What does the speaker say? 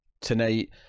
tonight